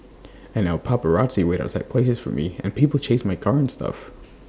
and now paparazzi wait outside places for me and people chase my car and stuff